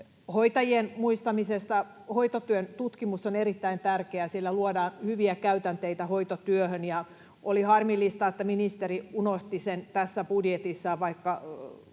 Hoitajien muistamisesta: Hoitotyön tutkimus on erittäin tärkeää. Sillä luodaan hyviä käytänteitä hoitotyöhön, ja oli harmillista, että ministeri unohti sen tässä budjetissaan, vaikka